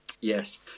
Yes